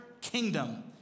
kingdom